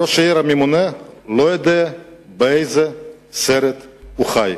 ראש העיר הממונה לא יודע באיזה סרט הוא חי,